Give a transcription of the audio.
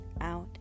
out